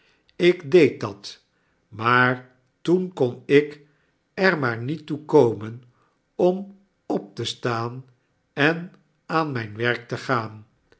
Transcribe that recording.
slk deed dat maar toen kon ik er maar niet toe komen om op te staan en aan mijn werk te gaan